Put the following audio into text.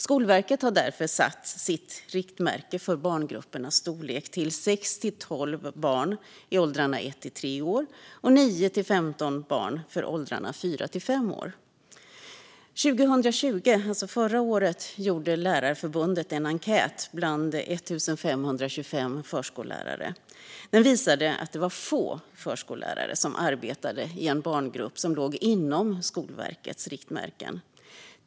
Skolverket har därför satt sina riktmärken för barngruppernas storlek till 6-12 barn för åldrarna 1-3 år och 9-15 barn för åldrarna 4-5 år. Förra året, år 2020, gjorde Lärarförbundet en enkät bland 1 525 förskollärare. Den visade att det var få förskollärare som arbetade i en barngrupp som låg inom Skolverkets riktmärken.